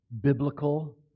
biblical